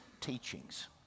teachings